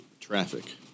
traffic